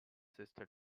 sister